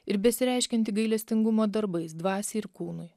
ir besireiškiantį gailestingumo darbais dvasiai ir kūnui